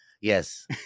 Yes